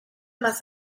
más